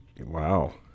Wow